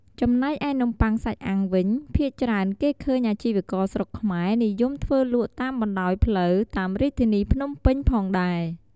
ចំណែកឯនំបុ័ងសាច់អាំងវិញ ភាគច្រើនគេឃើញអាជីករស្រុកខ្មែរនិយមធ្វើលក់តាមបណ្តោយផ្លូវតាមរាជធានីភ្នំពេញផងដែរ។